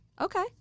okay